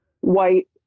white